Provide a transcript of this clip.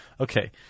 Okay